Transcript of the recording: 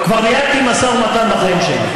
כבר ניהלתי משא ומתן בחיים שלי,